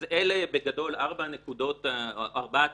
אז אלה בגדול ארבעת הנקודות או ארבעת